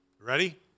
Ready